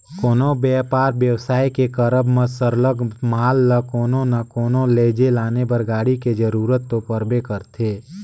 कोनो बयपार बेवसाय के करब म सरलग माल ल कोनो ना कोनो लइजे लाने बर गाड़ी के जरूरत तो परबे करथे